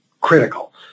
critical